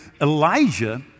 Elijah